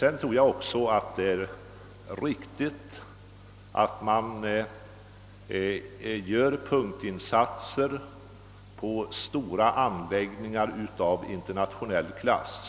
Jag tror också att det är riktigt att göra punktinsatser på stora anläggningar av internationell klass.